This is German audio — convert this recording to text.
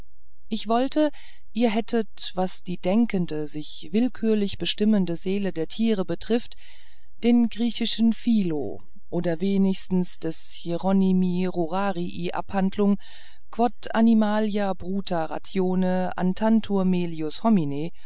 ich wollte ihr hättet was die denkende sich willkürlich bestimmende seele der tiere betrifft den griechischen philo oder wenigstens des hieronymi rorarii abhandlung quod animalia bruta ratione utantur melius homine